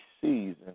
season